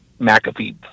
McAfee